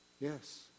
Yes